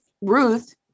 ruth